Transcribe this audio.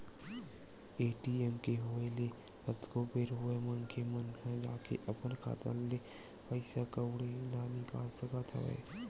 ATM के होय ले कतको बेर होय मनखे मन ह जाके अपन खाता ले पइसा कउड़ी ल निकाल सकत हवय